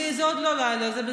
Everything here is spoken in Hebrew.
זה עוד לא לילה, זה בסדר.